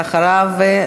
ואחריו,